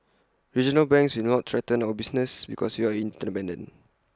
regional banks will not threaten our business because we are interdependent